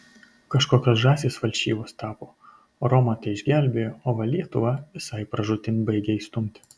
kažkokios žąsys falšyvos tapo romą tai išgelbėjo o va lietuvą visai pražūtin baigia įstumti